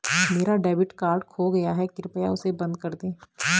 मेरा debit card खो गया है, कृपया उसे बंद कर दें